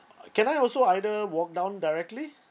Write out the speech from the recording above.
uh can I also either walk down directly